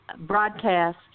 broadcast